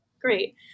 Great